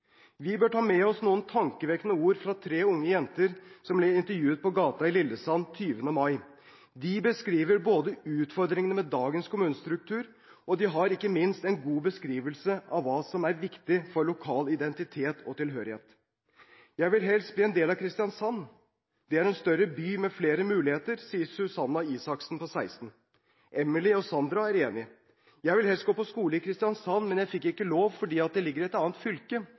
Vi bør ta med oss noen tankevekkende ord fra tre unge jenter som ble intervjuet på gaten i Lillesand 20. mai. De beskriver utfordringene med dagens kommunestruktur. De har ikke minst en god beskrivelse av hva som er viktig for lokal identitet og tilhørighet. Jeg vil helst bli en del av Kristiansand, det er en større by med flere muligheter, sier Sunniva Isaksen på 16. Emily og Sandra er enig. Jeg ville helst gå på skole i Kristiansand, men jeg fikk ikke lov, fordi den ligger i et annet fylke,